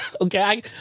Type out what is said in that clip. Okay